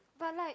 but like